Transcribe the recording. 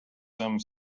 some